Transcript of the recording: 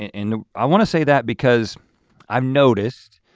and i wanna say that because i've noticed